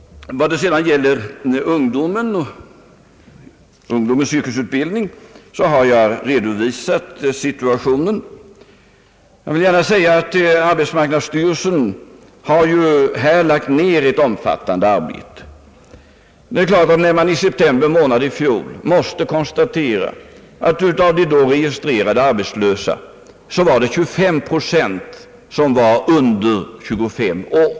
När det sedan gäller ungdomen och ungdomens yrkesutbildning så har jag redovisat situationen. Arbetsmarknadsstyrelsen har här lagt ned ett omfattande arbete. I september månad i fjol måste man konstatera att av de då registrerade arbetslösa var 25 procent under 25 år.